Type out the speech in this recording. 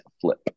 flip